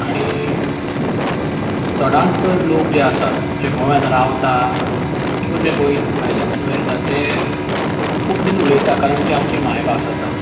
आनी चडान चड लोक जे आसा जे गोंयान रावता किंवा जे भायल्यान सुद्दां येतात तें कोंकणीन उलयता कारण ती आमची मांयभास आसा